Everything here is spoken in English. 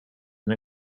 and